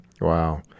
Wow